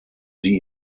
sie